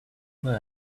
boy